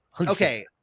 Okay